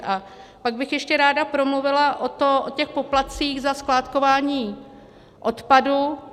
A pak bych ještě ráda promluvila o těch poplatcích za skládkování odpadu.